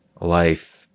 life